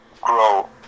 grow